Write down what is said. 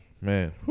man